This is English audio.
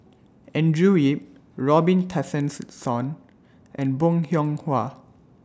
Andrew Yip Robin Tessensohn and Bong Hiong Hwa